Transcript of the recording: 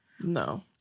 no